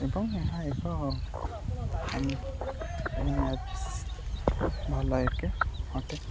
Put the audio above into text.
ଏବଂ ଏହା ଏକ ଆମ ଭଲ ଲାଗେ କେ ଅଟେ